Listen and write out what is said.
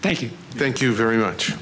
thank you thank you very much